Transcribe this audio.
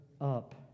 up